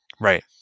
Right